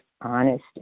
honesty